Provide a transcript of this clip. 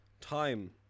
time